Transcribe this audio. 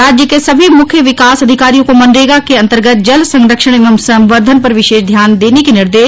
राज्य के सभी मुख्य विकास अधिकारियों को मनरेगा के अन्तर्गत जल संरक्षण एवं संर्वद्धन पर विशेष ध्यान देने के निर्देश